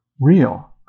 real